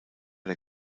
der